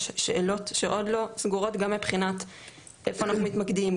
יש שאלות שעוד לא סגורות גם מבחינת איפה אנחנו מתמקדים,